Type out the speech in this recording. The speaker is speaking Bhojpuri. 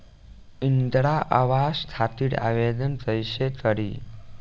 इंद्रा आवास खातिर आवेदन कइसे करि?